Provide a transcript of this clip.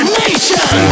nation